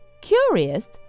Curious